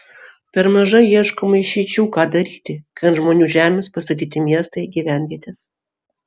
per mažai ieškoma išeičių ką daryti kai ant žmonių žemės pastatyti miestai gyvenvietės